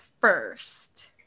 first